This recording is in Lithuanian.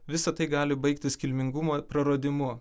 visa tai gali baigtis kilmingumo praradimu